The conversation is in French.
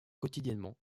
quotidiennement